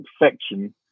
infection